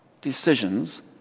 decisions